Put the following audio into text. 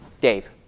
Dave